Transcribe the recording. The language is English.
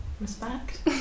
respect